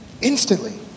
instantly